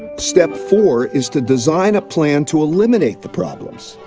step four is to design a plan to eliminate the problems.